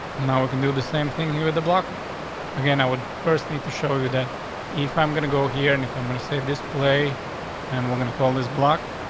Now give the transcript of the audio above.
now we can do the same thing. you're the block. once again, would first need to show you that if i'm gonna go here and if i'm gonna say this play and we're gonna call this block.